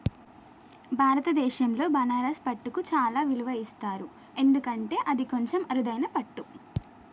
భారతదేశంలో బనారస్ పట్టుకు చాలా విలువ ఇస్తారు ఎందుకంటే అది కొంచెం అరుదైన పట్టు